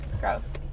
Gross